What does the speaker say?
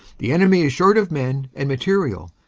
the enemy is short of men and material.